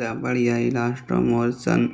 रबड़ या इलास्टोमोर सं